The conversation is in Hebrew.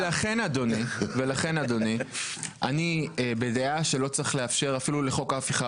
לכן אדוני אני בדעה שלא צריך לאפשר אפילו לחוק ההפיכה